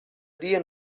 dia